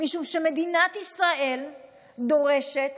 משום שמדינת ישראל דורשת